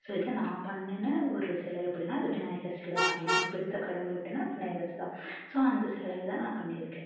so இது நான் பண்ணேன்னு ஒரு சிலை அப்படின்னா அது விநாயகர் சிலை தான் அது எனக்குப் பிடித்த கடவுள் அப்படின்னா விநாயகர் தான் ஸோ அந்த சிலைய தான் நான் பண்ணியிருக்கேன்